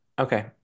Okay